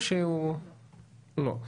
לא.